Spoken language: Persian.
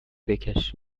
بکش